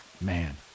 Man